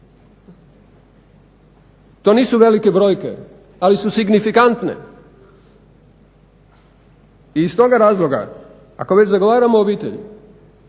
To nisu velike brojke ali su signifikantne. I iz toga razloga ako već zagovaramo obitelj